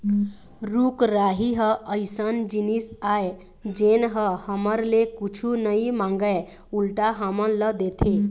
रूख राई ह अइसन जिनिस आय जेन ह हमर ले कुछु नइ मांगय उल्टा हमन ल देथे